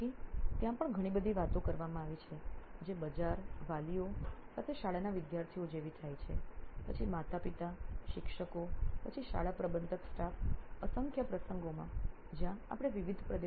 તેથી ત્યાં પણ ઘણી બધી વાતો કરવામાં આવી છે જે બજાર વાલીઓ સાથે શાળાના વિદ્યાર્થીઓ જેવી થાય છે પછી માતાપિતા શિક્ષકો પછી શાળા પ્રબંધક સ્ટાફ અસંખ્ય પ્રસંગોમાં જ્યાં આપણે વિવિધ પ્રદેશોમાંથી વિવિધ પ્રકારનાં આંતરદૃષ્ટિ લઈને આવ્યા છીએ